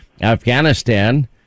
Afghanistan